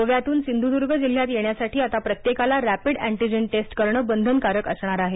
गोव्यातून सिंधुदूर्ग जिल्ह्यात येण्यासाठी आता प्रत्येकाला रॅपिड अँटिजेन टेस्ट करण बंधनकारक असणार आहे